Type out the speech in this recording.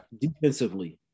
defensively